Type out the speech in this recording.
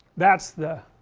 that's the,